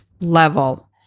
level